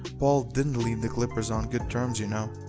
paul didn't leave the clippers on good terms you know.